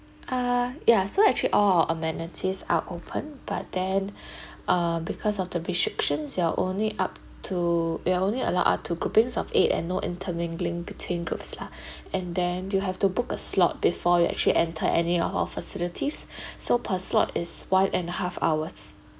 uh ya so actually all our amenities are open but then uh because of the restrictions we're only up to we're only allowed up to groupings and no intermingling between groups lah and then you have to book a slot before you actually enter any of our facilities so per slot is one and half hours